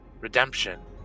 redemption